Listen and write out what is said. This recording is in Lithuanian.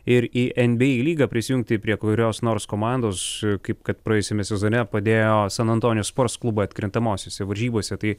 ir į nba lygą prisijungti prie kurios nors komandos kaip kad praėjusiame sezone padėjo san antonijaus spurs klubą atkrintamosiose varžybose tai